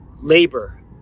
labor